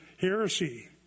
heresy